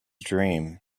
dream